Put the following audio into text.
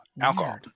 alcohol